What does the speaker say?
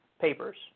Papers